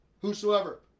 whosoever